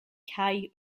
kaj